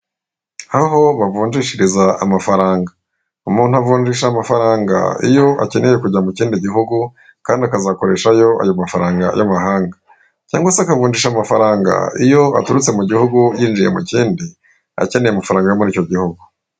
Aho bavunjishiriza amafaranga umuntu avunjisha amafaranga iyo akeneye kujya mu kindi gihugu kandi akazakoreshayo ayo mafaranga y'amahanga cyangwa se akavungjisha amafaranga iyo aturutse mu gihugu yinjiye mu kindi akeneye amafaranga yo muri icyo gihugu.